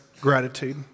gratitude